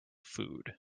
food